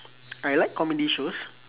I like comedy shows